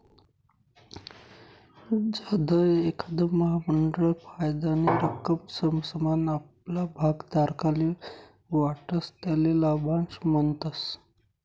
जधय एखांद महामंडळ फायदानी रक्कम समसमान आपला भागधारकस्ले वाटस त्याले लाभांश म्हणतस